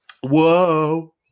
Whoa